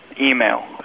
email